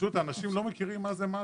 פשוט אנשים לא מכירים מה זה מד"א.